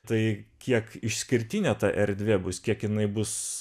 tai kiek išskirtinė ta erdvė bus kiek jinai bus